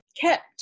kept